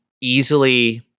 easily